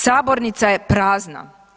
Sabornica je prazna.